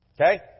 Okay